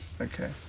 Okay